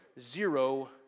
zero